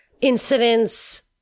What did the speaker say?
incidents